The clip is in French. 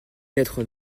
lettres